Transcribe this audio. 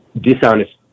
dishonest